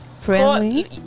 friendly